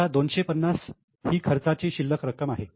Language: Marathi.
आता 250 ही खर्चाची शिल्लक रक्कम आहे